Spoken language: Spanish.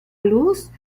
luz